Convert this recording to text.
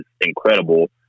incredible